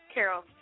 Carol